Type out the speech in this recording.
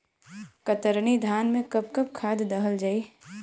कतरनी धान में कब कब खाद दहल जाई?